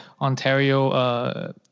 Ontario